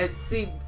See